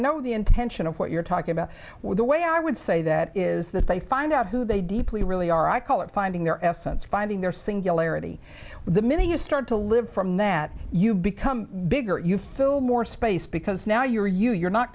know the intention of what you're talking about with the way i would say that is that they find out who they deeply really are i call it finding their essence finding their singularity the minute you start to live from that you become bigger you fill more space because now you're you you're not